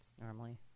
Normally